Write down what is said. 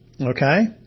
Okay